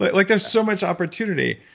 like there's so much opportunity.